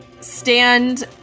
stand